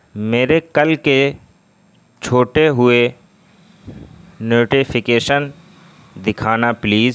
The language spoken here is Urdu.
میرے کل کے چھوٹے ہوئے نوٹیفیکیشن دکھانا پلیز